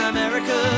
America